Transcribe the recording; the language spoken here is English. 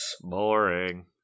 Boring